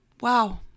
Wow